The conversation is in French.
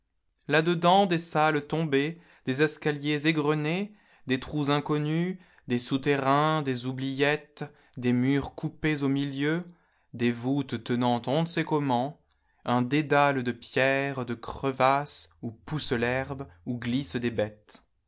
dedans des salles tombées des escaliers égrenés des trous inconnus des souter contes du jour et de la nuit rains des oubliettes des murs coupés au milieu des voûtes tenant on ne sait comment un dédale de pierres de crevasses où pousse l'herbe ou glissent des bêtes